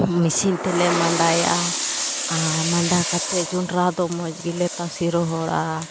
machine ᱛᱮᱞᱮ ᱢᱟᱰᱟᱭᱟ ᱟᱨ ᱢᱟᱰᱟ ᱠᱟᱛᱮ ᱡᱚᱱᱰᱨᱟ ᱫᱚ ᱢᱚᱡᱽ ᱜᱮᱞᱮ ᱛᱟᱥᱮ ᱨᱚᱦᱚᱲᱟ